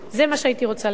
זה מה שהייתי רוצה למנוע.